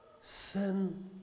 Sin